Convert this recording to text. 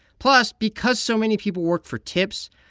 plus, because so many people work for tips,